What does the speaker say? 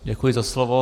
Děkuji za slovo.